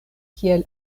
kiel